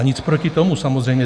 A nic proti tomu samozřejmě.